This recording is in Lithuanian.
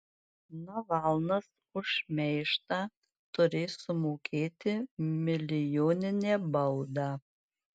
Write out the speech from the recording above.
navalnas už šmeižtą turės sumokėti milijoninę baudą